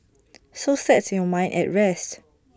so set your mind at rest